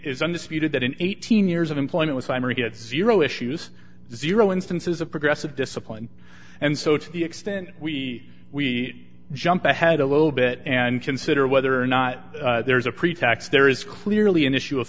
is undisputed that in eighteen years of employment time or get zero issues zero instances of progressive discipline and so to the extent we we jump ahead a little bit and consider whether or not there's a pretax there is clearly an issue of